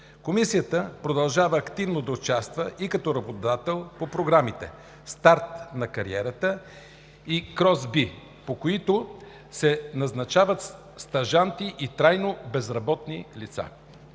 Комисията продължава активно да участва и като работодател по програмите „Старт на кариерата“ и КРОС-БИ, по които се назначават стажанти и трайно безработни лица.